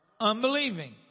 unbelieving